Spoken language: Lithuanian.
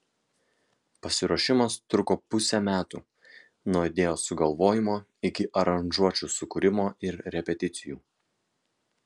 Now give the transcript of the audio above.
pasiruošimas truko pusę metų nuo idėjos sugalvojimo iki aranžuočių sukūrimo ir repeticijų